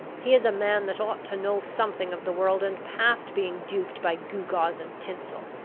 he is a man that ought to know something of the world, and past being duped by gewgaws and tinsel.